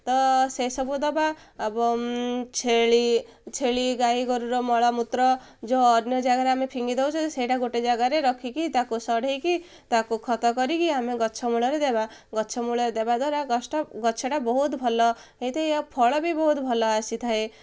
ତ ସେସବୁ ଦବା ଏବଂ ଛେଳି ଛେଳି ଗାଈ ଗୋରୁର ମଳମୂତ୍ର ଯେଉଁ ଅନ୍ୟ ଜାଗାରେ ଆମେ ଫିଙ୍ଗି ଦଉଛୁ ସେଇଟା ଗୋଟେ ଜାଗାରେ ରଖିକି ତାକୁ ସଢ଼ାଇକି ତାକୁ ଖତ କରିକି ଆମେ ଗଛ ମୂଳରେ ଦେବା ଗଛ ମୂଳରେ ଦେବା ଦ୍ୱାରା ଗଛଟା ବହୁତ ଭଲ ହେଇଥାଏ ଫଳ ବି ବହୁତ ଭଲ ଆସିଥାଏ